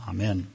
Amen